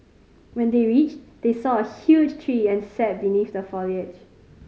when they reached they saw a huge tree and sat beneath the foliage